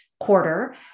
quarter